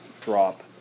drop